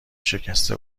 شکسته